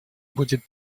будет